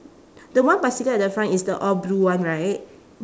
the one bicycle at the front is the all blue one right